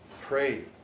pray